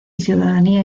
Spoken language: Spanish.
ciudadanía